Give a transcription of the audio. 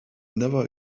never